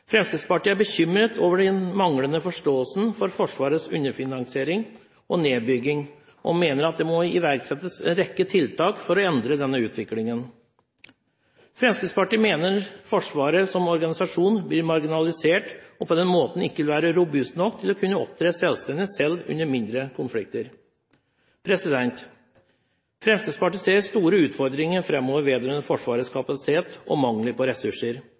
Fremskrittspartiet er bekymret over den manglende forståelsen for Forsvarets underfinansiering og nedbygging og mener at det må iverksettes en rekke tiltak for å endre denne utviklingen. Fremskrittspartiet mener Forsvaret som organisasjon blir marginalisert, og på den måten ikke vil være robust nok til å kunne opptre selvstendig, selv under mindre konflikter. Fremskrittspartiet ser store utfordringer framover vedrørende Forsvarets kapasitet og mangel på ressurser.